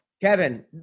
Kevin